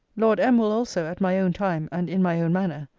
lord m. will also, at my own time, and in my own manner,